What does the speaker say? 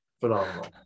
Phenomenal